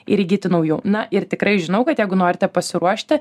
ir įgyti naujų na ir tikrai žinau kad jeigu norite pasiruošti